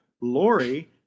Lori